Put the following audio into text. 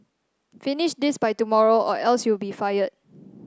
finish this by tomorrow or else you'll be fired